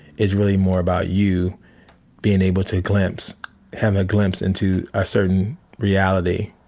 it's really more about you being able to glimpse him, a glimpse into a certain reality.